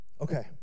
Okay